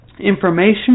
information